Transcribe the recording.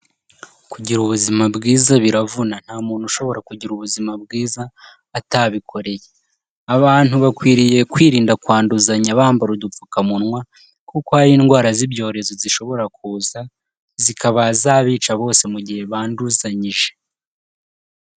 Kugira ubuzima bwiza biravuna. Nta muntu ushobora kugira ubuzima bwiza atabikoreye. Abantu bakwiriye kwirinda kwanduzanya bambara udupfukamunwa kuko hari indwara z'ibyorezo zishobora kuza, zikaba zabica bose mu gihe banduzanyije.